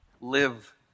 Live